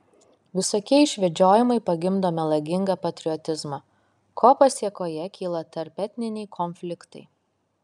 visokie išvedžiojimai pagimdo melagingą patriotizmą ko pasėkoje kyla tarpetniniai konfliktai